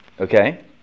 Okay